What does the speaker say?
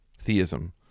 theism